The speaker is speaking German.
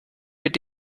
mit